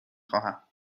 خواهم